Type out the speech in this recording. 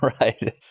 Right